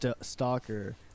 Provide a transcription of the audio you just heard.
Stalker